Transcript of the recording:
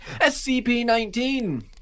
SCP-19